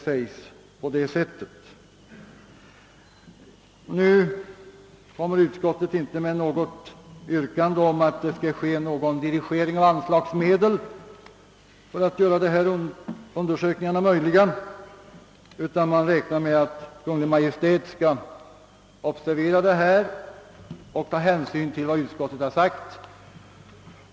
Utskottet ställer inte något yrkande om dirigering av anslagsmedel för att möjliggöra dessa undersökningar, utan man räknar med att Kungl. Maj:t skall observera förhållandena och ta hänsyn till vad utskottet har anfört.